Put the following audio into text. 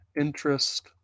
interest